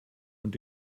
und